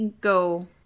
go